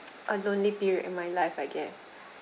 a lonely period in my life I guess